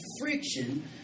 friction